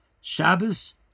Shabbos